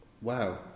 Wow